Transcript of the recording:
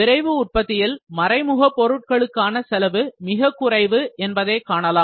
விரைவு உற்பத்தியில் மறைமுகப் பொருட்களுக்கான செலவு மிகக் குறைவு என்பதைக் காணலாம்